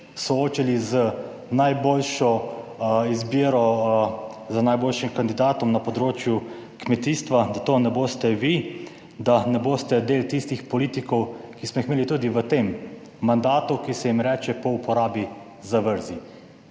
soočili z najboljšo izbiro, z najboljšim kandidatom na področju kmetijstva, da to ne boste vi, da ne boste del tistih politikov, ki smo jih imeli tudi v tem mandatu, ki se jim reče po uporabi zavrzi.